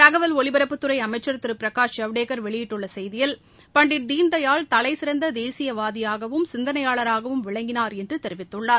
தகவல் ஒலிபரப்புத் துறை அமைச்சர் திரு பிரகாஷ் ஜவ்டேக்கர் வெளியிட்டுள்ள செய்தியில் பன்டிட் தீன்தயாள் தலைசிறந்த தேசியவாதியாகவும் சிந்தனையாளராகவும் விளங்கினார் என்று தெரிவித்துள்ளார்